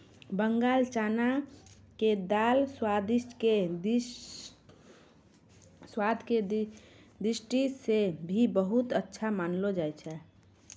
बंगाल चना के दाल स्वाद के दृष्टि सॅ भी बहुत अच्छा मानलो जाय छै